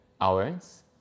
hours